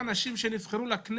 כאשר עושים הצגה,